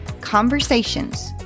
Conversations